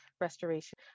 restoration